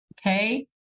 Okay